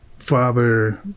father